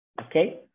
okay